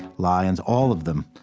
lions all of them.